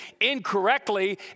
incorrectly